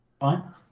Fine